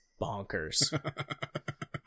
bonkers